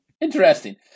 Interesting